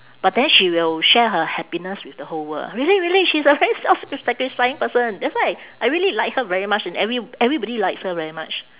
but then she will share her happiness with the whole world really really she's a very self-sacrificing person that's why I really like her very much and every~ everybody likes her very much